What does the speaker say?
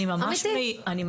אמיתי.